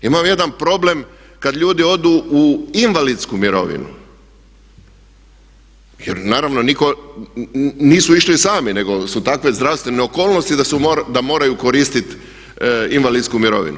Imam jedan problem kada ljudi odu u invalidsku mirovinu jer naravno nitko, nisu išli sami nego su takve zdravstvene okolnosti da moraju koristiti invalidsku mirovinu.